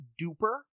Duper